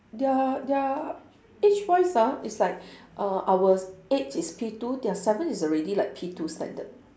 their their age wise ah it's like uh our eight is P two their seven is already like P two standard